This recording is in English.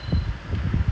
ah you need C_V ah